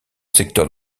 secteurs